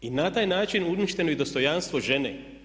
I na taj način uništeno je dostojanstvo žene.